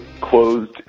closed